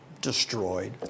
destroyed